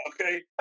Okay